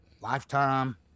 Lifetime